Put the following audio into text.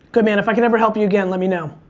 good man. if i can ever help you again, let me know.